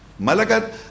Malakat